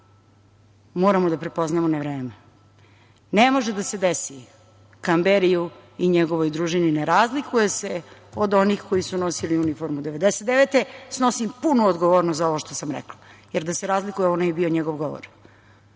moramo da prepoznamo na vreme. Ne može da se desi Kamberiju i njegovoj družini. Ne razlikuje se od onih koji su nosili uniformu 1999. godine, snosim punu odgovornost za ovo što sam rekla, jer da se razlikuje ovo ne bi bio njegov govor.